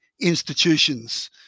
institutions